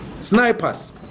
Snipers